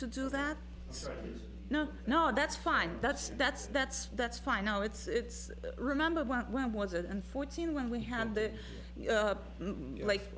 to do that no no that's fine that's that's that's that's fine now it's remember when when was it and fourteen when we had the